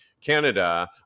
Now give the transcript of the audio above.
Canada